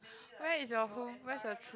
where is your home where's your true home